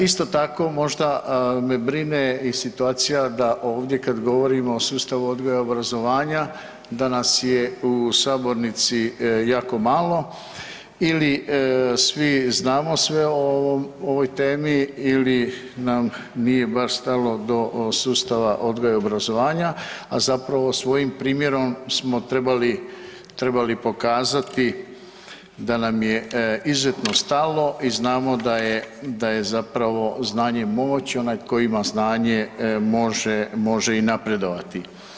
Isto tako možda me brine i situacija da ovdje kad govorimo o sustavu odgoja i obrazovanja da nas je u sabornici jako malo ili svi znamo sve o ovoj temi ili nam nije baš stalo do sustava odgoja i obrazovanja, a zapravo svojim primjerom smo trebali, trebali pokazati da nam je izuzetno stalo i znamo da je, da je zapravo znanje moć, onaj tko ima znanje može, može i napredovati.